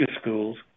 schools